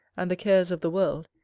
and the cares of the world,